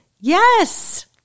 Yes